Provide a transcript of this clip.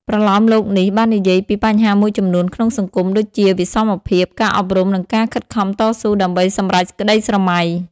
ប្រលោមលោកនេះបាននិយាយពីបញ្ហាមួយចំនួនក្នុងសង្គម ដូចជាវិសមភាព ការអប់រំ និងការខិតខំតស៊ូដើម្បីសម្រេចក្ដីស្រមៃ។